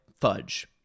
Fudge